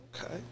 Okay